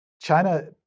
China